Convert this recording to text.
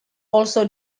also